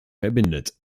verbindet